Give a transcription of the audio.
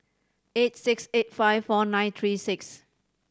eight six eight five four nine three six